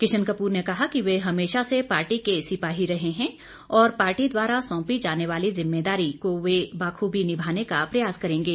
किशन कपूर ने कहा कि वे हमेशा से पार्टी के सिपाही रहे है और पार्टी द्वारा सोंपी जाने वाली जिम्मेदारी को वे बखूबी निभाने का प्रयास करेंगें